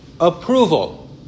Approval